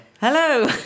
Hello